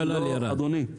לא, אדוני.